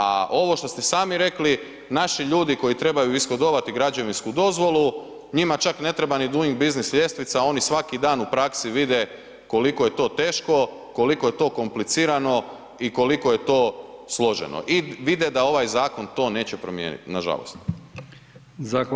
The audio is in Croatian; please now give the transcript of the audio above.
A ovo što ste sami rekli, naši ljudi koji trebaju ishodovati građevinsku dozvolu, njima čak ne treba ni Doing business ljestvica, oni svaki dan u praksi vide koliko je to teško, koliko je to komplicirano i koliko je to složeno i vide da ovaj zakon to neće promijenit, nažalost.